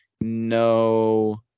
No